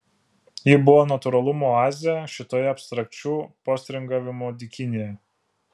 ji buvo natūralumo oazė šitoje abstrakčių postringavimų dykynėje